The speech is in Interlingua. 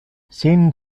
sin